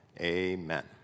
amen